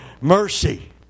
Mercy